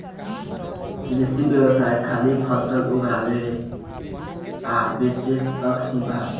कृषि व्यवसाय खाली फसल उगावे आ बेचे तक ही बा